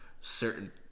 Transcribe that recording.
certain